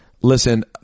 listen